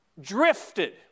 drifted